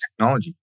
technology